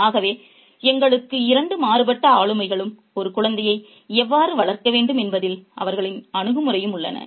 ஆகவே எங்களுக்கு இரண்டு மாறுபட்ட ஆளுமைகளும் ஒரு குழந்தையை எவ்வாறு வளர்க்க வேண்டும் என்பதில் அவர்களின் அணுகுமுறையும் உள்ளன